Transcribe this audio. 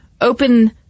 open